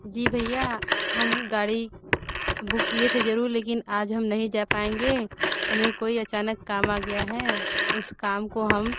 जी भैया हम गाड़ी बुक किए थे ज़रूर लेकिन आज हम नही जा पाएंगे हमें कोई अचानक काम आ गया है उस काम को हम